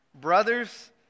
Brothers